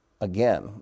Again